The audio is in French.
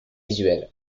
visuels